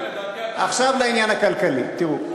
תראו,